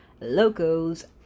Loco's